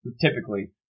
Typically